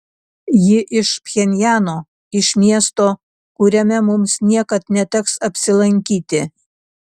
ji iš pchenjano iš miesto kuriame mums niekad neteks apsilankyti